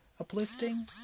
uplifting